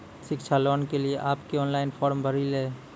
शिक्षा लोन के लिए आप के ऑनलाइन फॉर्म भरी ले?